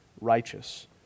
righteous